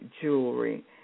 jewelry